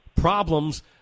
problems